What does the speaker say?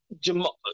Jamal